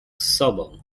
sobą